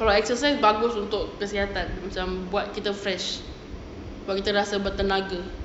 kalau exercise bagus untuk kesihatan macam buat kita fresh buat kita rasa bertenaga